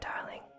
darling